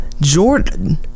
Jordan